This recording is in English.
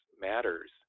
matters